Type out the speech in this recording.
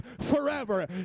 forever